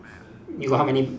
you got how many